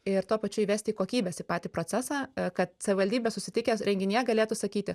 ir tuo pačiu įvesti kokybės į patį procesą kad savivaldybės susitikę renginyje galėtų sakyti